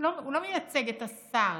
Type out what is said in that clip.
הוא לא מייצג את השר,